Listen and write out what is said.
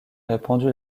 répandu